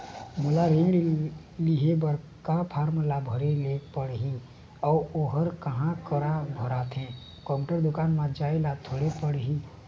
मोला ऋण लेहे बर का फार्म ला भरे ले पड़ही अऊ ओहर कहा करा भराथे, कंप्यूटर दुकान मा जाए ला थोड़ी पड़ही?